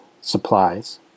supplies